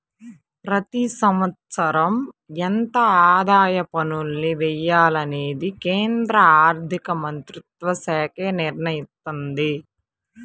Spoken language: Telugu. ప్రతి సంవత్సరం ఎంత ఆదాయ పన్నుల్ని వెయ్యాలనేది కేంద్ర ఆర్ధికమంత్రిత్వశాఖే నిర్ణయిత్తది